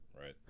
Right